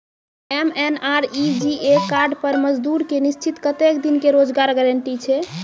MNREGA card पर मजदुर के निश्चित कत्तेक दिन के रोजगार गारंटी छै?